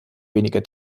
weniger